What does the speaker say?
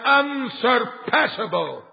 unsurpassable